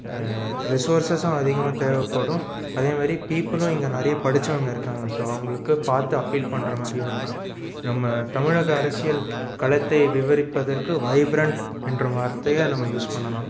ரிசோர்சஸும் அதிகமாக தேவைப்படும் அதே மாரி பீப்பிளும் இங்கே நிறைய படிச்சவங்க இருக்காங்க ஸோ அவங்களுக்கு பார்த்து அப்பீல் பண்ணுற மாதிரியும் இருக்கும் நம்ம தமிழக அரசியல் களத்தை விவரிப்பதற்கு வைப்ரன்ட் என்ற வார்த்தையை நம்ம யூஸ் பண்ணலாம்